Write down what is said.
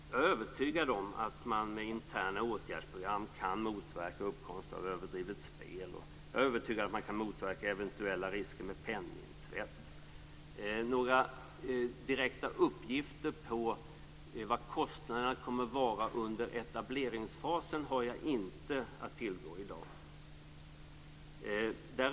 Jag är övertygad om att man med interna åtgärdsprogram kan motverka uppkomst av överdrivet spel, och jag är övertygad om att man kan motverka eventuella risker med penningtvätt. Några direkta uppgifter på vad kostnaderna kommer att vara under etableringsfasen har jag inte att tillgå i dag.